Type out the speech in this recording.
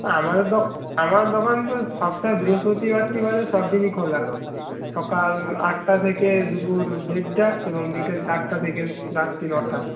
আমাদের আমাদের দোকান তো সপ্তাহে বৃহস্পতিবারটি বাদে সব দিনই খোলা সকাল আটটা থেকে দুপুর দেড়টা এবং বিকেল চারটা থেকে রাত্রি নটা